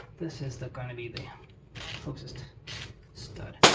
this is the gonna be the yeah closest stud.